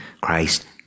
Christ